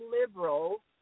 liberal